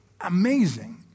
Amazing